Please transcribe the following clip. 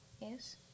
Yes